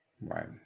right